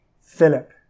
Philip